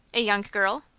a young girl?